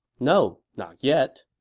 no, not yet.